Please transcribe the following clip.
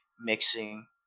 mixing